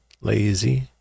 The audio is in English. lazy